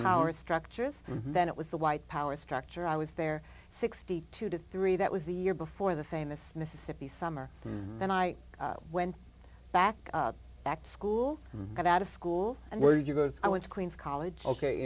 power structures that it was the white power structure i was there sixty two to three that was the year before the famous mississippi summer and then i went back to school and out of school and there you go i went to queens college ok